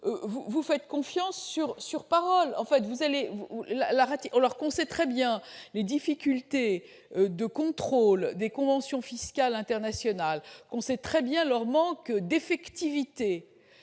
vous faites confiance sur parole : alors que l'on connaît très bien les difficultés de contrôle des conventions fiscales internationales et le manque d'effectivité